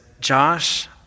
Josh